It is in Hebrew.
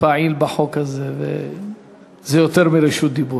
פעיל בחוק הזה, וזה יותר מרשות דיבור.